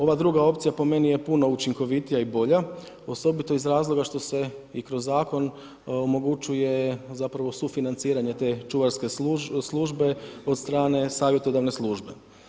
Ova druga opcija po meni je puno učinkovitija i bolja, osobito iz razloga, što se i kroz zakon omogućuje zapravo sufinanciranje te čuvarske službe, od strane savjetodavne službe.